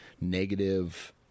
negative